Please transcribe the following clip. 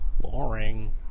boring